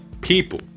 people